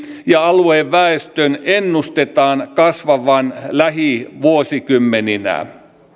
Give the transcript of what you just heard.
ja alueen väestön ennustetaan kasvavan lähivuosikymmeninä